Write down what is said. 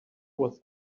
was